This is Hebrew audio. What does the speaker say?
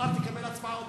מחר תקבל הצבעה אוטומטית.